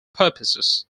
purposes